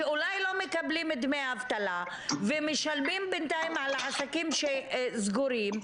שאולי לא מקבלים דמי אבטלה ומשלמים בינתיים על העסקים שסגורים,